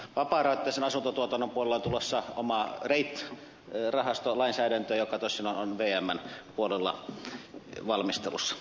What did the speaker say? vapaarahoitteisen asuntotuotannon puolella on tulossa oma reit rahastolainsäädäntö joka tosin on vmn puolella valmistelussa